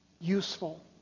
useful